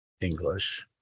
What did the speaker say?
English